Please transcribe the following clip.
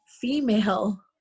female